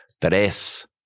tres